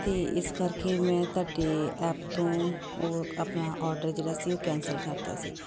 ਅਤੇ ਇਸ ਕਰਕੇ ਮੈਂ ਤੁਹਾਡੇ ਐਪ ਤੋਂ ਉਹ ਆਪਣਾ ਔਡਰ ਜਿਹੜਾ ਸੀ ਉਹ ਕੈਂਸਲ ਕਰਤਾ ਸੀ